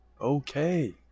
okay